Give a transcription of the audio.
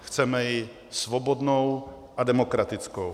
Chceme ji svobodnou a demokratickou.